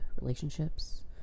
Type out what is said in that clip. relationships